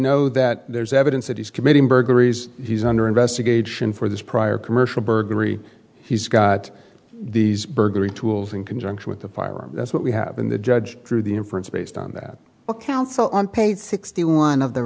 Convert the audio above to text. know that there's evidence that he's committing burglaries he's under investigation for this prior commercial burglary he's got these burglary tools in conjunction with the firearm that's what we have in the judge through the inference based on that the council on page sixty one of the